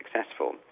successful